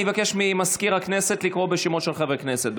אני אבקש ממזכיר הכנסת לקרוא בשמות של חברי הכנסת.